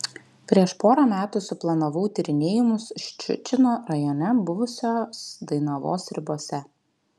prieš porą metų suplanavau tyrinėjimus ščiučino rajone buvusios dainavos ribose